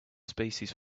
species